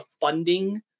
funding